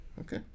Okay